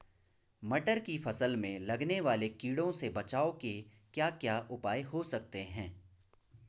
मटर की फसल में लगने वाले कीड़ों से बचाव के क्या क्या उपाय हो सकते हैं?